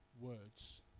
words